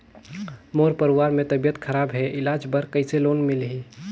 मोर परवार मे तबियत खराब हे इलाज बर कइसे लोन मिलही?